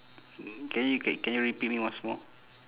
can you c~ can you repeat me once more